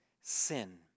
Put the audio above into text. sin